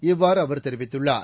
இவ்வாறு அவர் தெரிவித்துள்ளார்